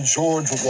George